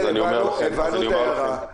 בסדר, הבנו את ההערה.